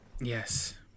Yes